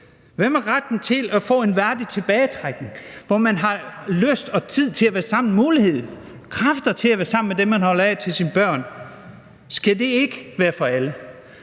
Hvad med retten til at få en værdig tilbagetrækning, hvor man har lyst og tid til at være sammen, muligheden for det, og kræfter til at være sammen med dem, man holder af, f.eks. sine børn? Skal det ikke være for alle?